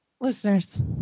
listeners